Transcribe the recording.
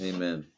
Amen